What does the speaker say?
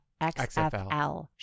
XFL